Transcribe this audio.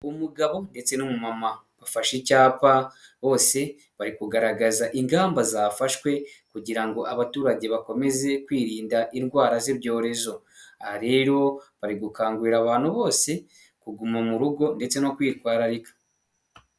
Umugabo ndetse n'umumama bafashe icyapa bose bari kugaragaza ingamba zafashwe kugira ngo abaturage bakomeze kwirinda indwara z'ibyorezo, rero bari gukangurira abantu bose kuguma mu rugo ndetse no kwitwararika.